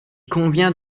convient